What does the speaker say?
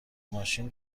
ماشین